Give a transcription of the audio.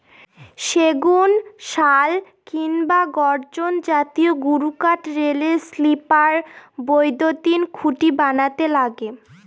সেগুন, শাল কিংবা গর্জন জাতীয় গুরুকাঠ রেলের স্লিপার, বৈদ্যুতিন খুঁটি বানাতে লাগে